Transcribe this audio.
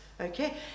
okay